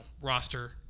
roster